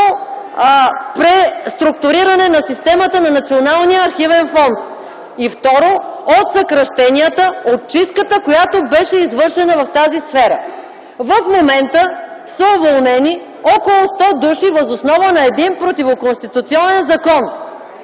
преструктуриране на системата на Националния архивен фонд. И второ, от съкращенията, от чистката, която беше извършена в тази сфера. В момента са уволнени около 100 души въз основа на един противоконституционен закон.